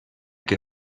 que